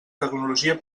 tecnologia